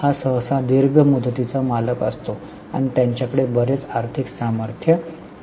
हा सहसा दीर्घ मुदतीचा मालक असतो आणि त्यांच्याकडे बरेच आर्थिक सामर्थ्य असते